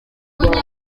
gasozi